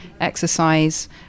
exercise